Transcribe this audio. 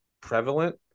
prevalent